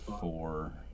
four